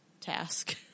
task